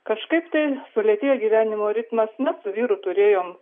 kažkaip tai sulėtėja gyvenimo ritmas mes su vyru turėjome